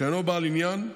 שאינו בעל עניין,